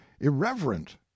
irreverent